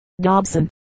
Dobson